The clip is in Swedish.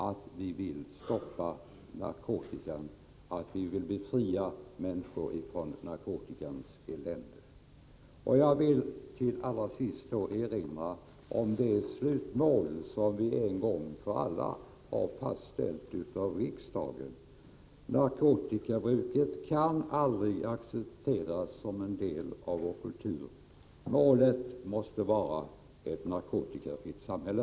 Vi vill stoppa narkotikan, vi vill befria människor från narkotikans elände. Jag vill till allra sist erinra om det slutmål som vi en gång för alla har fastställt i riksdagen. Narkotikabruket kan aldrig accepteras som en del av vår kultur. Målet måste vara ett narkotikafritt samhälle.